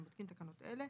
אני מתקין תקנות אלה: